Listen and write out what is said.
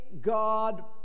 God